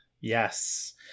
Yes